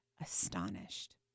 astonished